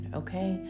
okay